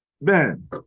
Ben